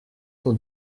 son